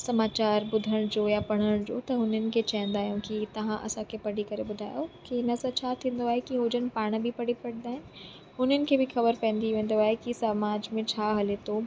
समाचार ॿुधण जो या पढ़ण जो त हुनिन खे चवंदा आहियूं की तव्हां असांखे पढ़ी करे ॿुधायो की हिन सां छा थींदो आहे हू जण पाण बि पढ़े पढ़िदा आहिनि उन्हनि खे बि ख़बर पवंदी वेंदो आहे की समाज में छा हले थो